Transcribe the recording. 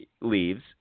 leaves